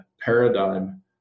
paradigm